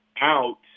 out